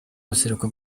buseruko